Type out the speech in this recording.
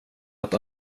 att